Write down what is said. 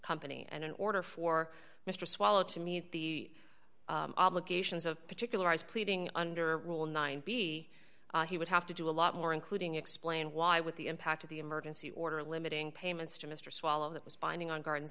company and in order for mr swallow to meet the obligations of particularized pleading under rule nine b he would have to do a lot more including explain why with the impact of the emergency order limiting payments to mr swallow that was binding on garden